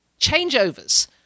changeovers